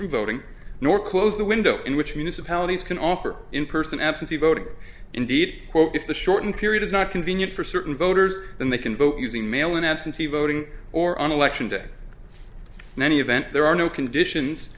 from voting nor close the window in which municipalities can offer in person absentee voting indeed quote if the shortened period is not convenient for certain voters then they can vote using mail in absentee voting or on election day in any event there are no conditions